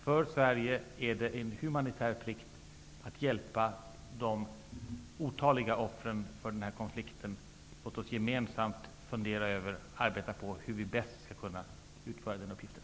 Det är en humanitär plikt för Sverige att hjälpa de otaliga offren för den här konflikten. Låt oss gemensamt fundera över och arbeta på hur vi bäst skall kunna utföra den uppgiften.